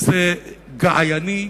זה געייני,